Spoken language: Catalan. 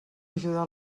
ajudar